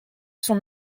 sont